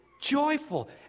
joyful